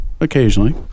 occasionally